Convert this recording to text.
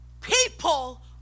People